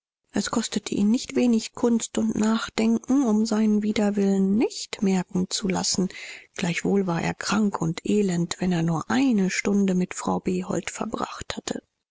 es kostete ihn nicht wenig kunst und nachdenken um seinen widerwillen nicht merken zu lassen gleichwohl war er krank und elend wenn er nur eine stunde mit frau behold verbracht hatte